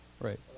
Right